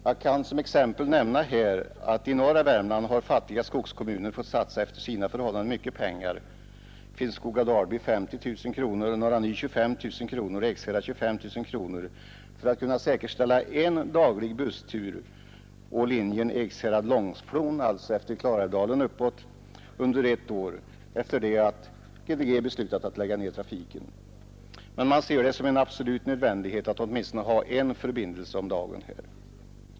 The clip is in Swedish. Jag kan som exempel nämna att fattiga skogskommuner i norra Värmland har fått satsa efter sina förhållanden mycket pengar — Finnskoga-Dalby 50 000 kronor, Norra Ny 25 000 kronor och Ekshärad 25 000 kronor — för att kunna säkerställa en daglig busstur på linjen Ekshärad—Långflon — alltså längs Klarälvsdalen — under ett år efter det att GDG beslutat lägga ned trafiken. Men man ser det som en absolut nödvändighet att ha åtminstone en förbindelse om dagen.